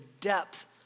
depth